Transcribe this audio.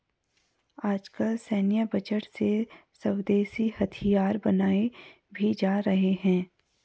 आजकल सैन्य बजट से स्वदेशी हथियार बनाये भी जा रहे हैं